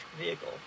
vehicle